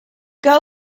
girl